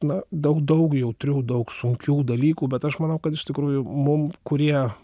na daug daug jautrių daug sunkių dalykų bet aš manau kad iš tikrųjų mum kurie